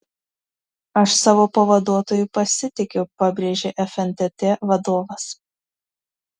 aš savo pavaduotoju pasitikiu pabrėžė fntt vadovas